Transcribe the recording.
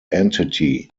entity